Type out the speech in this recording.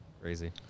crazy